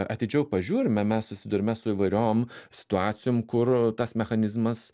atidžiau pažiūrime mes susiduriame su įvairiom situacijom kur tas mechanizmas